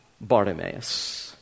Bartimaeus